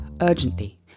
urgently